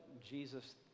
Jesus